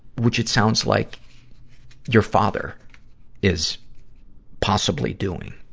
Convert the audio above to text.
which it sounds like your father is possibly doing.